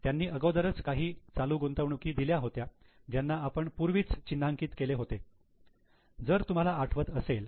त्यांनी अगोदरच काही ही चालू गुंतवणुकी दिल्या होत्या ज्यांना आपण पूर्वीच चिन्हांकित केले होते जर तुम्हाला आठवत असेल